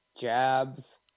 jabs